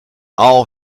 all